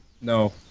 No